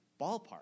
ballpark